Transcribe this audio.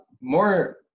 More